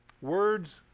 Words